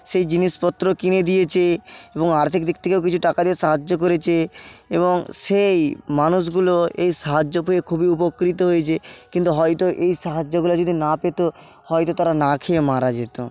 সেই জিনিসপত্র কিনে দিয়েছে এবং আর্থিক দিক থেকেও কিছু টাকা দিয়ে সাহায্য করেছে এবং সেই মানুষগুলো এই সাহায্য পেয়ে খুবই উপকৃত হয়েছে কিন্তু হয়তো এই সাহায্যগুলো যদি না পেত হয়তো তারা না খেয়ে মারা যেত